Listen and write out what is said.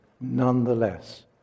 Nonetheless